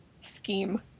scheme